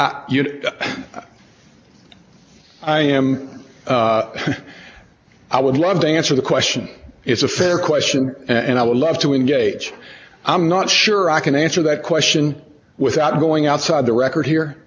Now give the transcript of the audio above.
r i am i would love to answer the question it's a fair question and i would love to engage i'm not sure i can answer that question without going outside the record